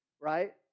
right